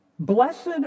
Blessed